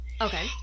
okay